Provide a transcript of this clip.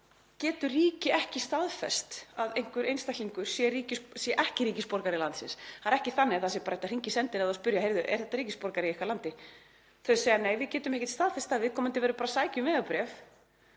geti ríkið ekki staðfest að einhver einstaklingur sé ekki ríkisborgari landsins. Það er ekki þannig að hægt sé að hringja í sendiráðið og spyrja: Heyrðu, er þetta ríkisborgari í ykkar landi? Þau segja: Nei, við getum ekki staðfest það, viðkomandi verður bara að sækja um vegabréf